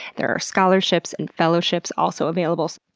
there are scholarships and fellowships also available.